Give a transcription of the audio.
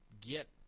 get